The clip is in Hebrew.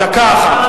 דקה אחת.